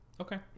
Okay